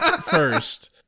first